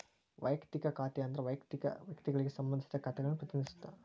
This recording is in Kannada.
ವಯಕ್ತಿಕ ಖಾತೆ ಅಂದ್ರ ವಯಕ್ತಿಕ ವ್ಯಕ್ತಿಗಳಿಗೆ ಸಂಬಂಧಿಸಿದ ಖಾತೆಗಳನ್ನ ಪ್ರತಿನಿಧಿಸುತ್ತ